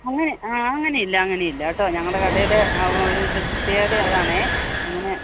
അങ്ങനെ അങ്ങനെ ഇല്ല അങ്ങനെ ഇല്ല കേട്ടോ ഞങ്ങളുടെ കടയിലെ ഒരു ഇത് പ്രത്യേകതയും അതാണ് അങ്ങനെ